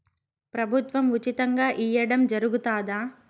ప్రభుత్వం ఉచితంగా ఇయ్యడం జరుగుతాదా?